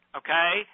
okay